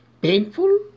painful